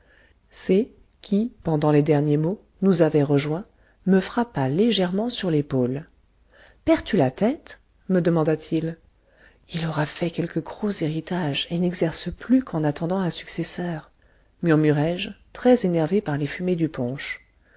c qui pendant les derniers mots nous avait rejoints me frappa légèrement sur l'épaule perds tu la tête me demanda-t-il il aura fait quelque gros héritage et n'exerce plus qu'en attendant un successeur murmurai-je très énervé par les fumées du punch